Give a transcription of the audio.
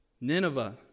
Nineveh